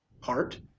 heart